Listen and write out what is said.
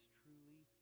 truly